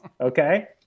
okay